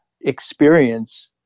experience